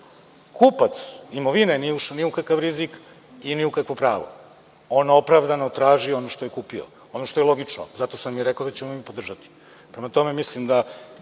Kupac imovine nije ušao ni u kakav rizik i ni u kakvo pravo. On opravdano traži ono što je kupio, ono što je logično. Zato sam i rekao da ćemo mi podržati. Prema tome, mislim da